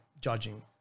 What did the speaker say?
judging